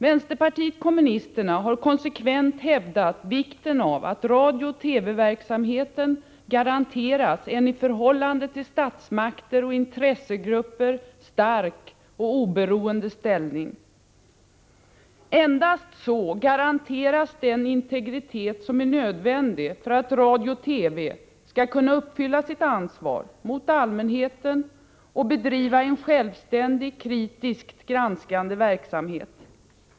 Vänsterpartiet kommunisterna har konsekvent hävdat vikten av att radiooch TV-verksamheten garanteras en i förhållande till statsmakter och intressegrupper stark och oberoende ställning. Endast så garanteras den integritet som är nödvändig för att radio och TV skall kunna uppfylla sitt ansvar mot allmänheten och bedriva en självständig, kritiskt granskande verksamhet.